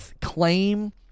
claim